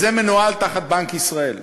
שזה מנוהל תחת בנק ישראל,